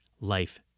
life